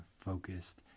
focused